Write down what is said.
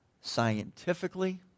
scientifically